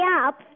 up